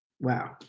Wow